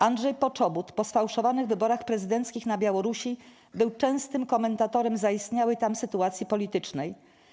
Andrzej Poczobut po sfałszowanych wyborach prezydenckich na Białorusi był częstym komentatorem zaistniałej tam sytuacji politycznej.